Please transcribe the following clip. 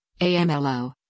AMLO